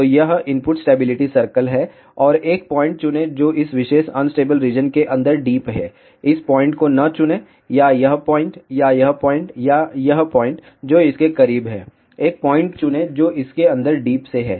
तो यह input stability circle है और एक पॉइंट चुनें जो इस विशेष अनस्टेबल रीजन के अंदर डीप है इस पॉइंट को न चुनें या यह पॉइंट या यह पॉइंट या पॉइंट जो इसके करीब हैं एक पॉइंट चुनें जो इसके अंदर डीप से है